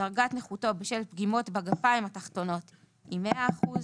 דרגת נכותו בשל פגימות בגפיים תחתונות היא 100 אחוזים.